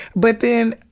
but then,